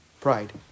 pride